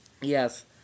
Yes